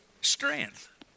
strength